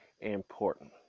important